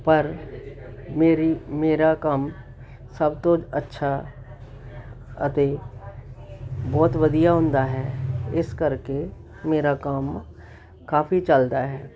ਪਰ ਮੇਰੀ ਮੇਰਾ ਕੰਮ ਸਭ ਤੋਂ ਅੱਛਾ ਅਤੇ ਬਹੁਤ ਵਧੀਆ ਹੁੰਦਾ ਹੈ ਇਸ ਕਰਕੇ ਮੇਰਾ ਕੰਮ ਕਾਫੀ ਚੱਲਦਾ ਹੈ